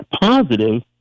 positive